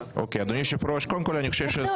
אדוני היושב ראש, קודם כל אני חושב שזו